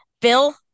Bill